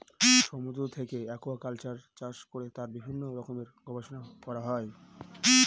সমুদ্র থেকে একুয়াকালচার চাষ করে তার বিভিন্ন রকমের গবেষণা করা হয়